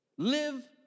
Live